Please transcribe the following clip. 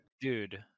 dude